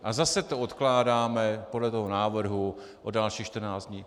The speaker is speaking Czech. A zase to odkládáme podle toho návrhu o dalších 14 dní.